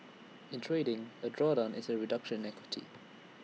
in trading A drawdown is A reduction in equity